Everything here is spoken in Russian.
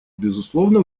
безусловно